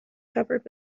covered